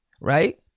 right